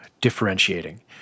differentiating